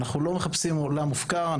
אנחנו לא מחפשים עולם מופקר.